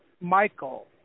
Michael